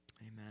Amen